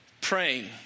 praying